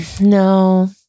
No